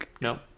no